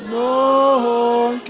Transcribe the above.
o